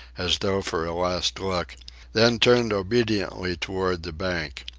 as though for a last look, then turned obediently toward the bank.